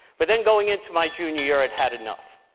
but then going into my junior year, i'd had enough.